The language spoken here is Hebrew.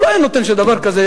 הוא לא היה נותן שדבר כזה יהיה.